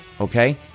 Okay